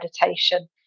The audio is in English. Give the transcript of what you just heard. meditation